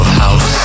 house